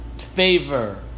Favor